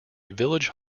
village